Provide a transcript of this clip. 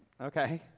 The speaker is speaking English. Okay